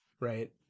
right